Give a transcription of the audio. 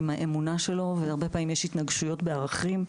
עם האמונה שלו והרבה פעמים ישנן התנגשויות בערכים,